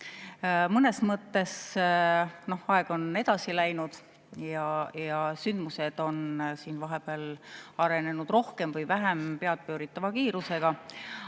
Mõnes mõttes on aeg edasi läinud ja sündmused on vahepeal arenenud rohkem või vähem peadpööritava kiirusega.